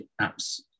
apps